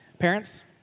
Parents